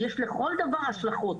יש לכל דבר השלכות